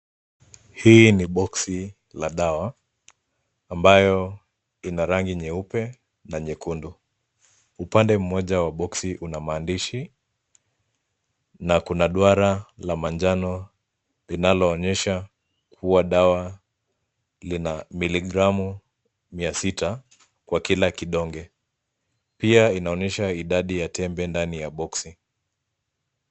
Hii ni boxi la dawa ambayo ina rangi nyeupe na nyekundu. Upande mmoja wa boxi una maandishi na kuna dwara la manjano linaloonyesha kuwa dawa lina miligramu mia sita kwa kila kidonge. Pia inaonyesha idadi ya tembe ndani ya boxi.